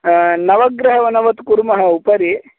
नवग्रहवनवत् कुर्मः उपरि